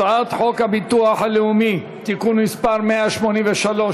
הצעת חוק הביטוח הלאומי (תיקון מס' 183),